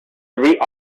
three